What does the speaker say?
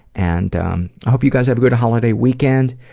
and um i hope you guys have a good holiday weekend,